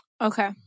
Okay